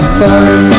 fun